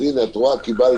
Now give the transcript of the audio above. אז הינה, את רואה --- אדוני,